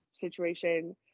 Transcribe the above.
situation